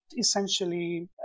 Essentially